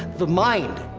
the mind.